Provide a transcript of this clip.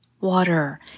water